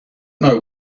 know